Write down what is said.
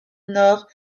nord